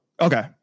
Okay